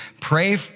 Pray